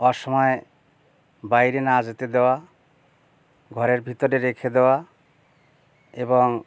অসময়ে বাইরে না যেতে দেওয়া ঘরের ভিতরে রেখে দেওয়া এবং